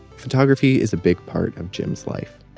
photography is a big part of jim's life.